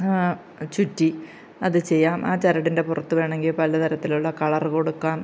ചുറ്റി അത് ചെയ്യാം ആ ചരടിൻ്റെ പുറത്ത് വേണമെങ്കിൽ പല തരത്തിലുള്ള കളർ കൊടുക്കാം